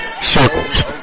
Circles